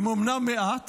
הן אומנם מעט,